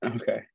okay